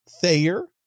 Thayer